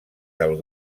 del